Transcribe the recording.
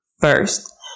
first